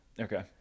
Okay